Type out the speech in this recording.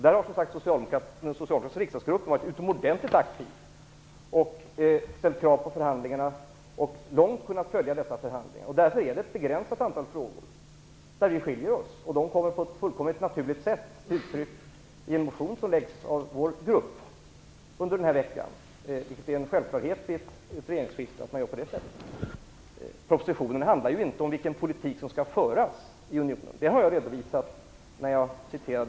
Den socialdemokratiska riksdagsgruppen har också varit utomordentligt aktiv och ställt krav på förhandlingarna, och man har långt kunnat följa dessa förhandlingar. Det är därför ett begränsat antal frågor som skiljer oss. Dessa frågor kommer på ett naturligt sätt till uttryck i den motion som under denna vecka väcks av den socialdemokratiska gruppen. Att man gör så vid ett regeringsskifte är en självklarhet. Propositionen handlar inte om vilken politik som skall föras i unionen utan om det ramverk som skall gälla för Sverige.